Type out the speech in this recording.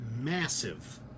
massive